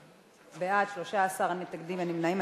בעד, 13, אין מתנגדים, אין נמנעים.